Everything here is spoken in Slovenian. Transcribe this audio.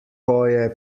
poje